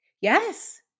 Yes